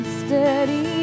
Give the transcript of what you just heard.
steady